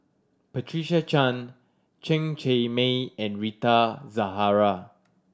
Patricia Chan Chen Cheng Mei and Rita Zahara